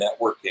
networking